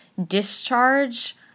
discharge